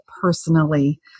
personally